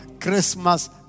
Christmas